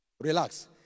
relax